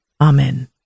Amen